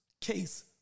case